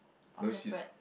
or separate